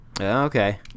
Okay